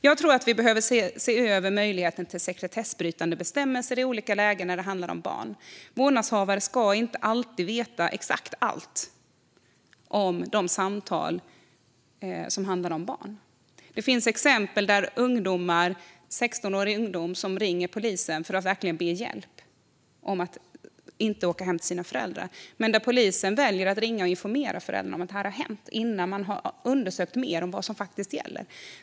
Jag tror att vi behöver se över möjligheten till sekretessbrytande bestämmelser i olika lägen när det handlar om barn. Vårdnadshavare ska inte alltid veta exakt allt om de samtal som handlar om barn. Det finns exempel där en 16-åring ringt polisen för att be om hjälp för att inte behöva åka hem till sina föräldrar men där polisen valt att ringa och informera föräldrarna om detta innan de undersökt vad det gäller.